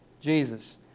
Jesus